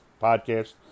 podcast